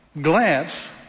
glance